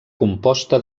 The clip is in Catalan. composta